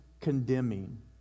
condemning